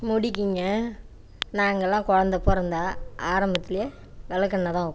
முடிக்குங்க நாங்கள்லாம் குழந்த பிறந்தா ஆரம்பத்துலேயே வெளக்கெண்ணய் தான் வைப்போம்